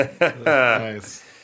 Nice